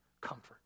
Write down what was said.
comfort